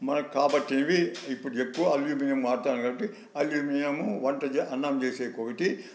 మనకు కాబట్టినవి ఇప్పుడు ఎక్కువ అల్యూమినియం వాడుతున్నారు కాబట్టి అది అల్యూమినియం వంటకు అన్నం చేసేకి ఒకటి